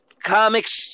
Comics